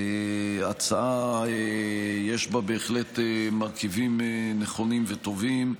ההצעה, יש בה בהחלט מרכיבים נכונים וטובים.